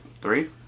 Three